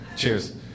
cheers